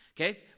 Okay